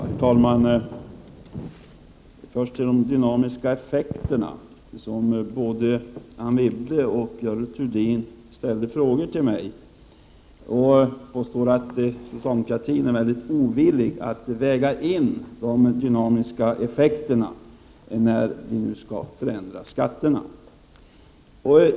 Herr talman! Först till de dynamiska effekterna, som både Anne Wibble och Görel Thurdin ställde frågor till mig om. De påstår att socialdemokratin är väldigt ovillig att väga in de dynamiska effekterna när vi nu skall förändra skatterna.